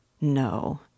No